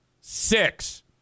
six